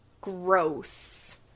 gross